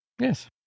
Yes